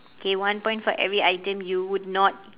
okay one point for every item you would not